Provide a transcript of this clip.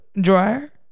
dryer